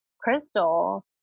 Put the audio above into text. crystal